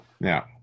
Now